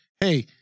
hey